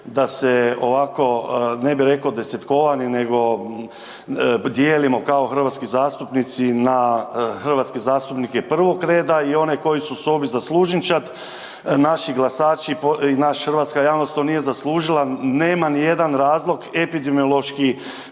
da se ovako ne bi rekao desetkovani nego dijelimo kao hrvatski zastupnici na hrvatske zastupnike prvog reda i one koji su u sobi za služinčad. Naši glasači i naša hrvatska javnost to nije zaslužila. Nema ni jedan razlog epidemiološki